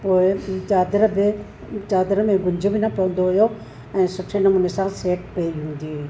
पोइ चादरु चादर में घुंझ बि न पवंदो हुयो ऐं सुठे नमूने सां सेट पई हूंदी हुई